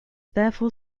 therefore